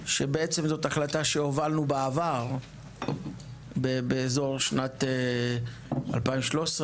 החלטה שהובלנו בעבר בשנים 2014-2013,